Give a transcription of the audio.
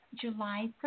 July